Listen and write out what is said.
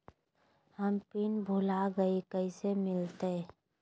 हम पिन भूला गई, कैसे मिलते?